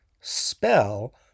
Spell